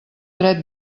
dret